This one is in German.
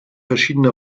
verschiedene